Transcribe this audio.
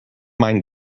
mind